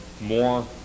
more